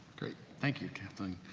great. thank you, kathleen.